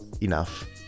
enough